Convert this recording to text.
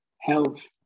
health